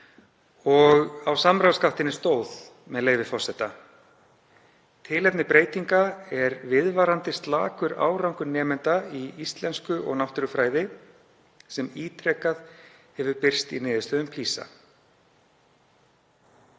Á samráðsgáttinni stóð, með leyfi forseta: „Tilefni breytinga er viðvarandi slakur árangur nemenda í íslensku og náttúrufræði sem ítrekað hefur birst í niðurstöðum PISA.“